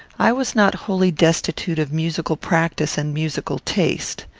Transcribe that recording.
i was not wholly destitute of musical practice and musical taste.